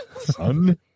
son